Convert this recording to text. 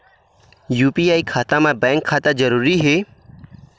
UPI मा bank खाता जरूरी हे?